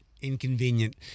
inconvenient